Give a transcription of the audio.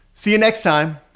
see you next time.